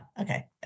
okay